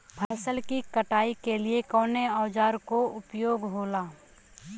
फसल की कटाई के लिए कवने औजार को उपयोग हो खेला?